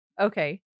Okay